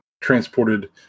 transported